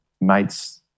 mates